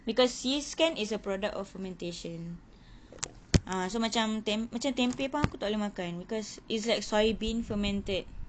because yeast kan is a product of fermentation ah so macam temp~ tempeh pun aku tak boleh makan because it's like soy bean fermented